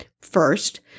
First